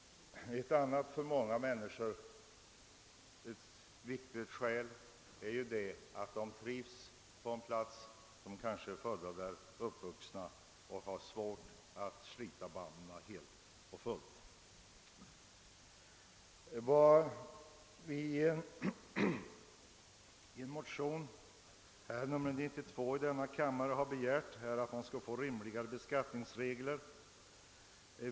Ytterligare ett för många människor viktigt skäl är att de trivs på den plats där de är födda och uppvuxna och att de har svårt att slita banden helt och fullt. Vad vi i motionen 11:92 har begärt är att få rimligare beskattningsregler.